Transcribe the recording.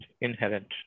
inherent